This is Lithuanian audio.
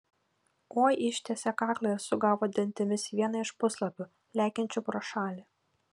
oi ištiesė kaklą ir sugavo dantimis vieną iš puslapių lekiančių pro šalį